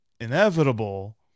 inevitable